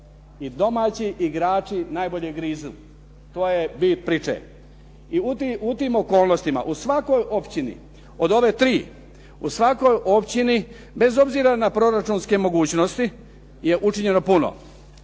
I domaći igrači najbolje grizu. To je bit priče. I u tim okolnostima u svakoj općini od ove tri, u svakoj općini bez obzira na proračunske mogućnosti je učinjeno puno.